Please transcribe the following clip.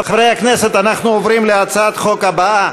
חברי הכנסת, אנחנו עוברים להצעת החוק הבאה.